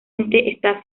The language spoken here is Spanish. está